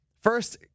First